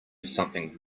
something